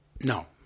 No